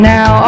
Now